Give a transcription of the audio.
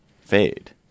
fade